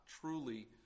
truly